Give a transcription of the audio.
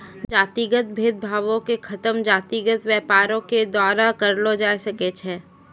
जातिगत भेद भावो के खतम जातिगत व्यापारे के द्वारा करलो जाय सकै छै